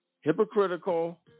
Hypocritical